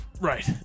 Right